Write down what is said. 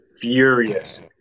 furious